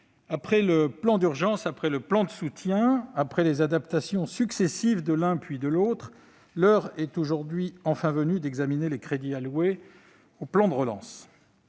après le plan d'urgence, après le plan de soutien, après les adaptations successives de l'un, puis de l'autre, l'heure est enfin venue d'examiner les crédits alloués au plan de relance.